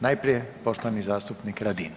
Najprije poštovani zastupnik Radin.